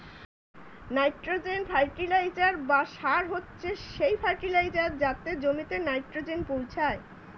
nitrogen fertiliser বা সার হচ্ছে সেই ফার্টিলাইজার যাতে জমিতে নাইট্রোজেন পৌঁছায়